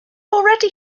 already